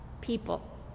people